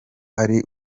ari